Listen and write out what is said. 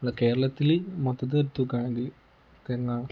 നമ്മളുടെ കേരളത്തിൽ മൊത്തത്തിൽ എടുത്തു നോക്കുകയാണെങ്കിൽ തെങ്ങാണ്